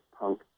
punk